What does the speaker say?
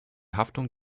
haftung